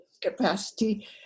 capacity